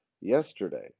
yesterday